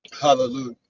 Hallelujah